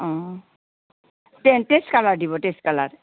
অ colour দিব colour